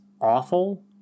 awful